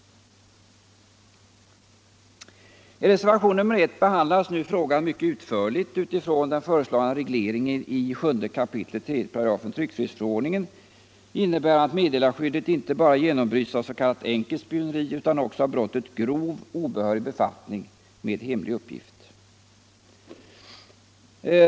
I reservationen 2 behandlas frågan mycket utförligt utifrån den föreslagna regleringen i 7 kap. 3 § tryckfrihetsförordningen, innebärande att meddelarskyddet inte bara genombryts av s.k. enkelt spioneri, utan av brottet grov obehörig befattning med hemlig uppgift.